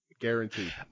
Guaranteed